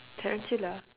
tarantula